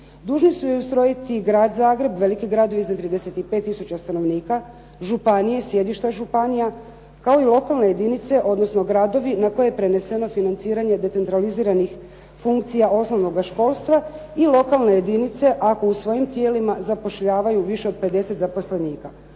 Dužni su je ustrojiti Grad Zagreb, veliki gradovi iznad 35 tisuća stanovnika, županije, sjedišta županija kao i lokalne jedinice, odnosom gradovi na koje je preneseno financiranje decentraliziranih funkcija osnovnoga školstva i lokalne jedinice ako u svojim tijelima zapošljavaju više od 50 zaposlenika.